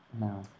No